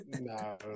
No